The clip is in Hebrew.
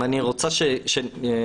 אני רוצה שנצא,